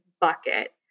bucket